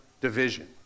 division